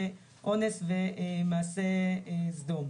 אונס ומעשה סדום.